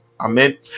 Amen